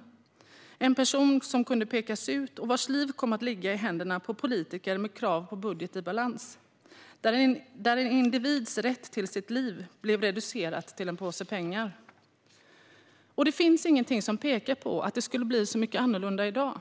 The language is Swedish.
Det var en person som kunde pekas ut och vars liv kom att ligga i händerna på politiker med krav på budget i balans, där en individs rätt till sitt liv blev reducerad till en påse pengar. Det finns ingenting som pekar på att det skulle bli så mycket annorlunda i dag.